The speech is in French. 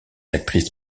actrices